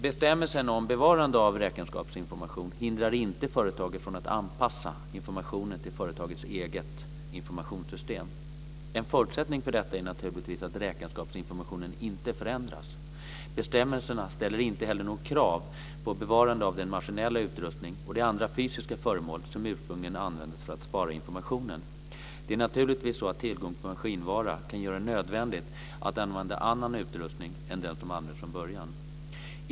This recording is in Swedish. Bestämmelsen om bevarande av räkenskapsinformation hindrar inte företaget från att anpassa informationen till företagets eget informationssystem. En förutsättning för detta är naturligtvis att räkenskapsinformationen inte förändras. Bestämmelserna ställer inte heller något krav på bevarande av den maskinella utrustningen och de andra fysiska föremål som ursprungligen användes för att spara informationen. Det är naturligtvis så att tillgången på maskinvara kan göra det nödvändigt att använda annan utrustning än den som användes från början.